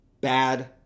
bad